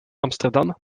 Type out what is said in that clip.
amsterdam